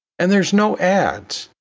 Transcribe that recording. and there's no ads,